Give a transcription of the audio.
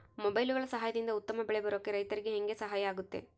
ಮೊಬೈಲುಗಳ ಸಹಾಯದಿಂದ ಉತ್ತಮ ಬೆಳೆ ಬರೋಕೆ ರೈತರಿಗೆ ಹೆಂಗೆ ಸಹಾಯ ಆಗುತ್ತೆ?